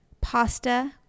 pasta